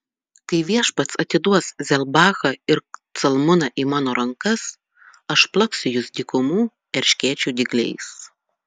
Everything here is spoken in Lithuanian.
kai viešpats atiduos zebachą ir calmuną į mano rankas aš plaksiu jus dykumų erškėčių dygliais